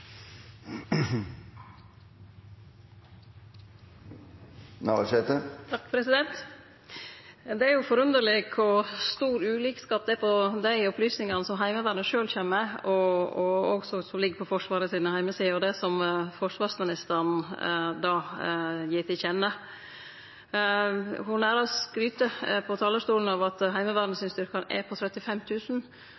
forunderleg kor stor ulikskap det er mellom dei opplysningane som Heimevernet sjølv kjem med, som òg ligg på Forsvaret sine heimesider, og det som forsvarsministeren gir til kjenne. Ho nærmast skryter frå talarstolen over at styrkane til Heimevernet